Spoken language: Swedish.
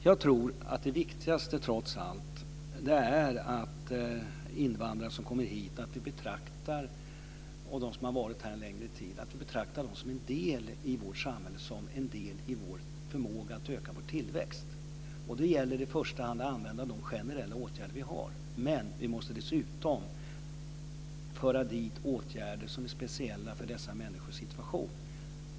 Jag tror att det viktigaste trots allt är att invandrare som kommer hit och som har varit här en längre tid blir betraktade som en del i vårt samhälle, som en del i vår förmåga att öka vår tillväxt. Då gäller det i första hand att använda de generella åtgärder vi har. Vi måste dock dessutom föra dit åtgärder som är speciella för dessa människors situation.